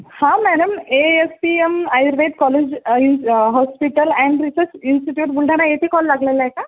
हां मॅनम A S P M Ayurved college in hospital and research institute Buldhana येथे call लागलेला आहे का